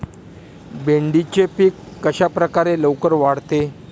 भेंडीचे पीक कशाप्रकारे लवकर वाढते?